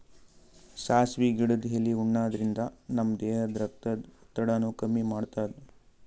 ಸಾಸ್ವಿ ಗಿಡದ್ ಎಲಿ ಉಣಾದ್ರಿನ್ದ ನಮ್ ದೇಹದ್ದ್ ರಕ್ತದ್ ಒತ್ತಡಾನು ಕಮ್ಮಿ ಮಾಡ್ತದ್